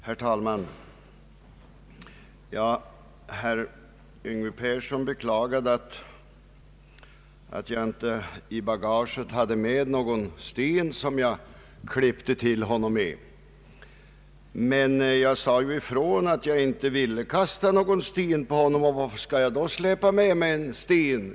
Herr talman! Herr Yngve Persson beklagade att jag inte i bagaget hade med någon sten för att klippa till honom med. Men jag sade ju ifrån att jag inte ville kasta någon sten på honom, och varför skulle jag då släpa med mig någon sten?